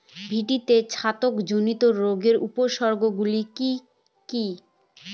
ভিন্ডিতে ছত্রাক জনিত রোগের উপসর্গ গুলি কি কী?